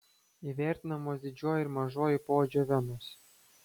įvertinamos didžioji ir mažoji poodžio venos